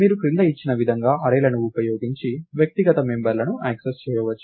మీరు క్రింద ఇచ్చిన విధంగా అర్రేలను ఉపయోగించి వ్యక్తిగత మెంబర్లను యాక్సెస్ చేయవచ్చు